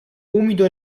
umido